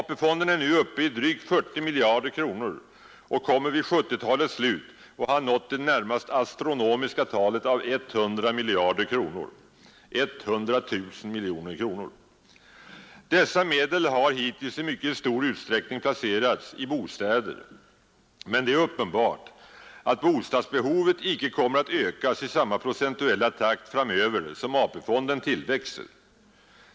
AP-fonden är nu uppe i drygt 40 miljarder kronor och kommer vid 1970-talets slut att ha nått det närmast astronomiska talet 100 miljarder kronor, dvs. 100 000 miljoner kronor. Dessa medel har hittills i mycket stor utsträckning placerats i bostäder, men det är uppenbart att bostadsbehovet icke kommer att ökas i samma procentuella takt framöver som AP-fonden tillväxer.